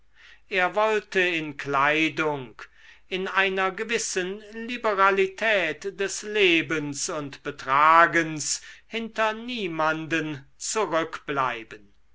er wollte in kleidung in einer gewissen liberalität des lebens und betragens hinter niemanden zurückbleiben